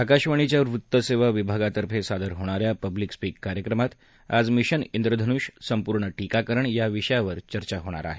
आकाशवाणीच्या वृत्तसेवा विभागातर्फे सादर होणाऱ्या पब्लिक स्पीक कार्यक्रमात आज मिशन इंद्रधनूष सम्पूर्ण टीकाकरण याविषयावर चर्चा होणार आहे